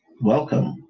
Welcome